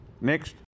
Next